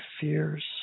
fears